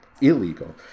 illegal